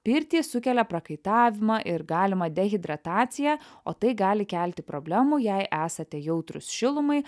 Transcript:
pirtys sukelia prakaitavimą ir galimą dehidrataciją o tai gali kelti problemų jei esate jautrūs šilumai